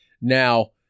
now